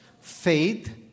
faith